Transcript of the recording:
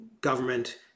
government